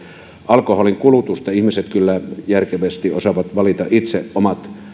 alkoholin kulutusta ihmiset kyllä järkevästi osaavat valita itse omat